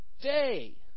day